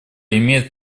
имеет